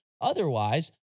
otherwise